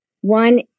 One